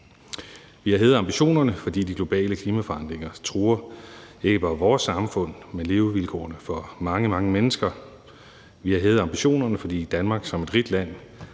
Vi har hævet ambitionerne, fordi de globale klimaforandringer truer, ikke bare vores samfund, men levevilkårene for mange, mange mennesker. Vi har hævet ambitionerne, fordi Danmark som et rigt land